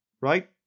right